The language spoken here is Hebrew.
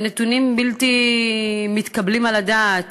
אלה נתונים בלתי מתקבלים על הדעת.